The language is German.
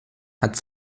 hat